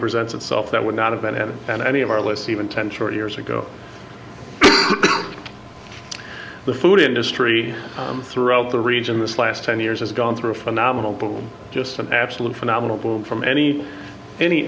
presents itself that would not have been and any of our lists even ten short years ago the food industry throughout the region this last ten years has gone through a phenomenal boom just an absolute phenomenal boom from any any